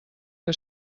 que